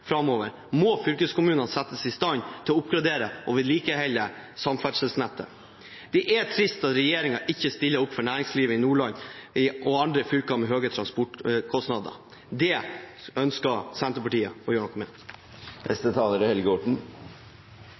må fylkeskommunene settes i stand til å oppgradere og vedlikeholde samferdselsnettet. Det er trist at regjeringen ikke stiller opp for næringslivet i Nordland og andre fylker med høye transportkostnader. Det ønsker Senterpartiet å gjøre noe med.